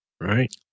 Right